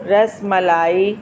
rasmalai